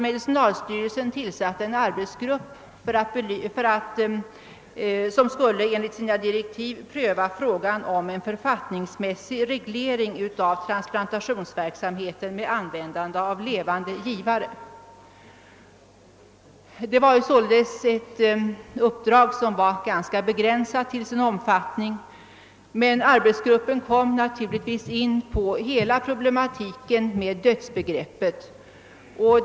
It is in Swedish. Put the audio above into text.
Medicinalstyrelsen har tillsatt en arbetsgrupp som enligt direktiven skulle pröva frågan om en författningsmässig reglering av transplantationsverksamheten med användande av levande givare. Det var således ett till sin omfattning ganska begränsat uppdrag, men arbetsgruppen kom naturligtvis in på hela problematiken med dödsbegreppet.